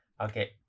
Okay